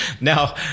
now